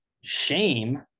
shame